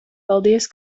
paldies